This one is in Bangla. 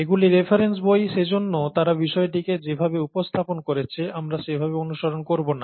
এগুলি রেফারেন্স বই সেজন্য তারা বিষয়টিকে যেভাবে উপস্থাপন করেছে আমরা সেভাবে অনুসরণ করব না